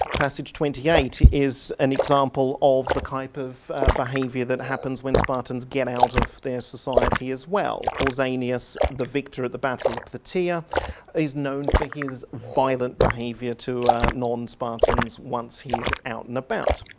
passage twenty eight is an example of the type of behaviour that happens when spartans get out of their society as well. pausanias, the victor at the battle of plataea is known for his violent behaviour to non-spartans once he's out and about.